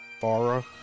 Farah